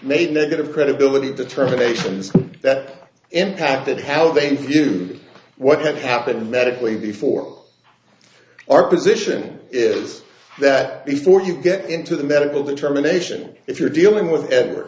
made negative credibility determinations that impact that held a few what had happened medically before our position is that before you get into the medical determination if you're dealing with ed